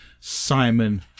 simon